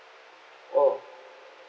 oh